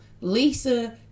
Lisa